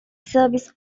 service